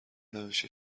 نمیشه